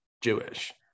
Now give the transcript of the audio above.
Jewish